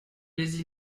les